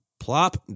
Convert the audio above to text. Plop